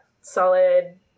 solid